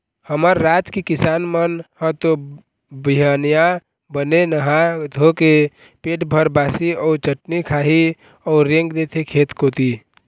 हमर राज के किसान मन ह तो बिहनिया बने नहा धोके पेट भर बासी अउ चटनी खाही अउ रेंग देथे खेत कोती